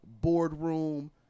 boardroom